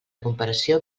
comparació